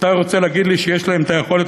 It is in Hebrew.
אז אתה רוצה להגיד לי שיש להם היכולת